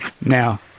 Now